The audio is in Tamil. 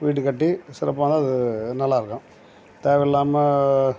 வீடு கட்டி சிறப்பாக நல்லா இருக்கும் தேவை இல்லாமல்